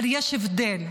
אבל יש הבדל,